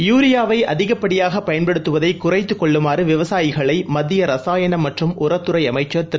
யூரியாவை அதிகப்படியாக பயன்படுத்துவதை குறைத்துக் கொள்ளுமாறு விவசாயிகளை மத்திய ரசாயனம் மற்றும் உரத்துறை அமைச்சர் திரு